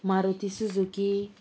Maruti Suzuki